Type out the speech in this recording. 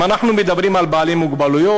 אם אנחנו מדברים על בעלי מוגבלות,